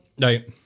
Right